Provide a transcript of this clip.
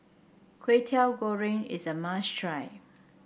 Kwetiau Goreng is a must try